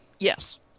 yes